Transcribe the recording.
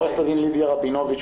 עורכת הדין לידיה רבינוביץ,